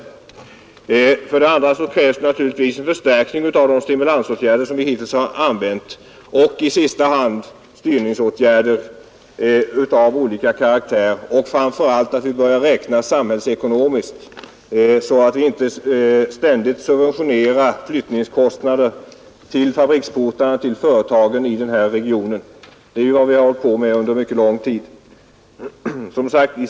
Vidare krävs det naturligtvis en förstärkning av de stimulansåtgärder som hittills vidtagits samt i sista hand styrningsåtgärder av olika slag. Men framför allt krävs det att vi börjar räkna samhällsekonomiskt, så att vi inte ständigt subventionerar flyttningskostnader ända fram till fabriksportarna i denna region. Det är ju vad vi har hållit på med under mycket lång tid.